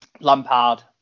Lampard